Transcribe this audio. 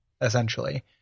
essentially